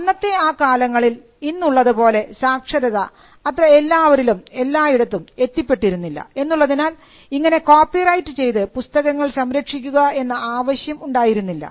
അന്നത്തെ ആ കാലങ്ങളിൽ ഇന്നുള്ളതുപോലെ സാക്ഷരത അത്ര എല്ലാവരിലും എല്ലായിടത്തും എത്തിപ്പെട്ടിരുന്നില്ല എന്നുള്ളതിനാൽ ഇങ്ങനെ കോപ്പിറൈറ്റ് ചെയ്ത് പുസ്തകങ്ങൾ സംരക്ഷിക്കുക എന്ന ആവശ്യം ഉണ്ടായിരുന്നില്ല